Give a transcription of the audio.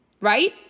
right